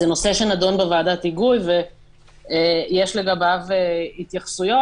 זה נושא שנידון בוועדת היגוי ויש לגביו התייחסויות.